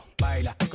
Baila